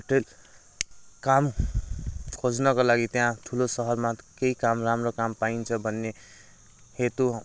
hotel काम खोज्नको लागि त्यहाँ ठुलो सहरमा केही काम राम्रो काम पाइन्छ भन्ने हेतु